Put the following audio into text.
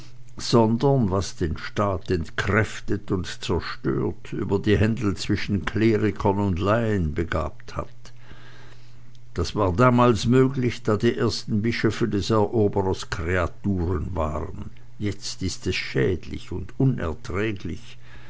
sondern was den staat entkräftet und zerstört über die händel zwischen klerikern und laien begabt hat das war damals nützlich da die ersten bischöfe des eroberers kreaturen waren jetzt ist es schädlich und unerträglich